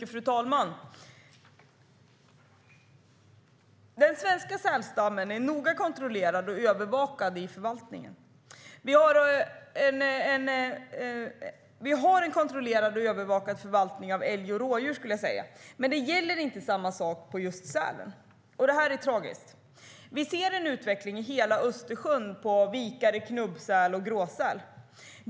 Fru talman! Vi har en kontrollerad och övervakad förvaltning av älg och rådjur. Men samma sak gäller inte för just sälen. Det är tragiskt. Vi ser en utveckling i hela Östersjön när det gäller vikare, knubbsäl och gråsäl.